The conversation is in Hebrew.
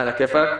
על הכיפאק,